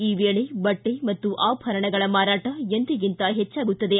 ಈ ವೇಳೆ ಬಟ್ಟೆ ಮತ್ತು ಆಭರಣಗಳ ಮಾರಾಟ ಎಂದಿಗಿಂತ ಹೆಚ್ಚಾಗುತ್ತದೆ